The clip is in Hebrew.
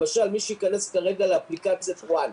למשל, מי שייכנס כרגע לאפליקציית וואן,